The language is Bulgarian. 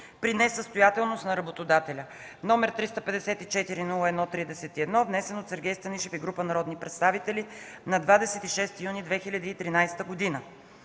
при несъстоятелност на работодателя, № 354-01-31, внесен от Сергей Станишев и група народни представители на 26 юни 2013 г.